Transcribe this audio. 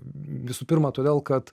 visų pirma todėl kad